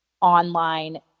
online